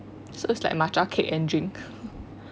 so it's like matcha cake and drink